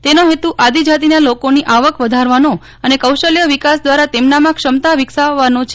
તેનો હેતુ આદિજાતિના લોકોની આવક વધારવાનો અને કૌશલ્ય વિકાસ દ્વારા તેમના માં ક્ષમતા વિકસાવવાનો છે